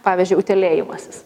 pavyzdžiui utėlėjimasis